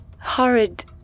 horrid